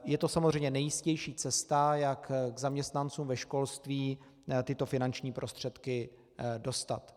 Je to samozřejmě nejjistější cesta, jak k zaměstnancům ve školství tyto finanční prostředky dostat.